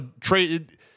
trade